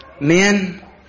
Men